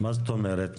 מה זאת אומרת?